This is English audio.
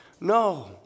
no